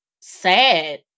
sad